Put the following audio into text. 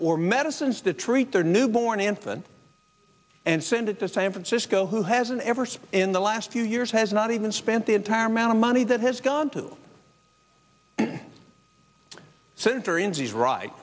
or medicines to treat their newborn infant and send it to san francisco who has an ever so in the last few years has not even spent the entire amount of money that has gone to center injuries ri